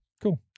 cool